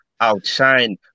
outshine